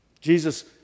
Jesus